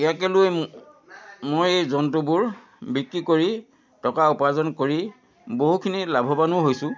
ইয়াকে লৈ মই এই জন্তুবোৰ বিকি কৰি টকা উপাৰ্জন কৰি বহুখিনি লাভবানো হৈছোঁ